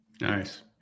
Nice